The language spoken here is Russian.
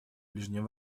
ближнем